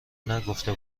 نگفته